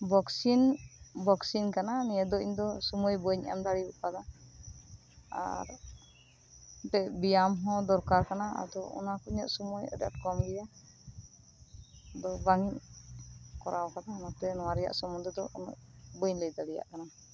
boxing ᱵᱚᱠᱥᱤᱝ ᱠᱟᱱᱟ ᱱᱤᱭᱟᱹ ᱫᱚ ᱤᱧ ᱫᱚ ᱥᱳᱢᱳᱭ ᱵᱟᱹᱧ ᱮᱢ ᱫᱟᱲᱮ ᱟᱠᱟᱫᱟ ᱟᱨ ᱢᱤᱫ ᱴᱮᱱ ᱵᱮᱭᱟᱢ ᱦᱚᱸ ᱫᱚᱨᱠᱟᱨ ᱠᱟᱱᱟ ᱟᱫᱚ ᱚᱱᱟ ᱠᱚ ᱥᱳᱢᱳᱭ ᱤᱧᱟᱹᱜ ᱟᱰᱤ ᱟᱸᱴ ᱠᱚᱢ ᱜᱮᱭᱟ ᱫᱚ ᱵᱟᱝ ᱠᱚᱨᱟᱣ ᱟᱠᱟᱫᱟ ᱚᱱᱟᱛᱮ ᱱᱚᱶᱟ ᱨᱮᱭᱟᱜ ᱥᱚᱢᱢᱚᱱᱫᱷᱮ ᱫᱚ ᱩᱱᱟᱹᱜ ᱵᱟᱹᱧ ᱞᱟᱹᱭ ᱫᱟᱲᱮᱭᱟᱜ ᱠᱟᱱᱟ